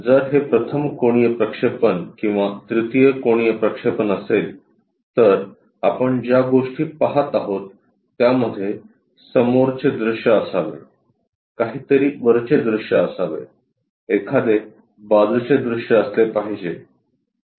जर हे प्रथम कोनीय प्रक्षेपण किंवा तृतीय कोनीय प्रक्षेपण असेल तर आपण ज्या गोष्टी पहात आहोत त्यामध्ये समोरचे दृश्य असावे काहीतरी वरचे दृश्य असावे एखादे बाजूचे दृश्य असले पाहिजे